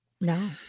no